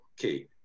okay